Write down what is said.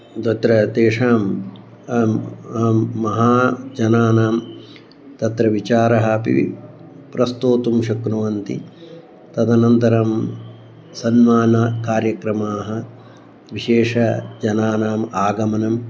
तत्र तेषां महाजनानां तत्र विचारः अपि प्रस्तोतुं शक्नुवन्ति तदनन्तरं सन्मान कार्यक्रमाः विशेषजनानाम् आगमनम्